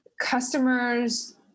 Customers